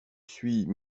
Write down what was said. suis